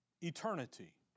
eternity